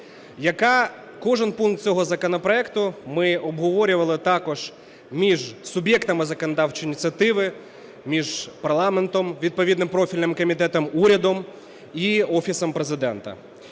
Кожний пункт цього законопроекту ми обговорювали також між суб'єктами законодавчої ініціативи: між парламентом, відповідним профільним комітетом, урядом і Офісом Президента.